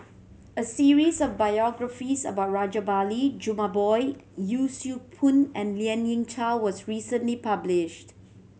a series of biographies about Rajabali Jumabhoy Yee Siew Pun and Lien Ying Chow was recently published